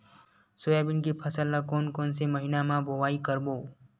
Soybean के फसल ल कोन कौन से महीना म बोआई करबो?